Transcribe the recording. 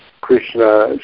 Krishna